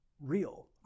real